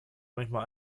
manchmal